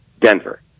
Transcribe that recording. Denver